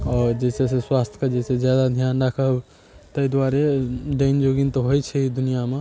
आओर जे छै से स्वास्थके जे छै से जादा धियान राखब तै दुआरे डायन जोगिन तऽ होइ छै दुनिआ मऽ